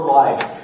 life